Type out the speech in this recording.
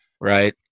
right